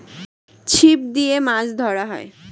ছিপ দিয়ে মাছ ধরা হয়